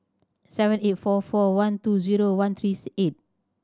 seven eight four four one two zero one three eight